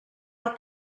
del